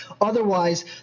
otherwise